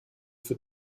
für